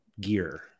gear